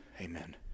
Amen